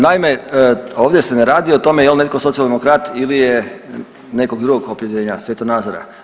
Naime, ovdje se ne radi o tome je li netko socijaldemokrat ili je nekog drugog opredjeljenja, svjetonazora.